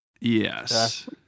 yes